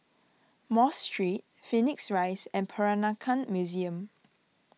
Mosque Street Phoenix Rise and Peranakan Museum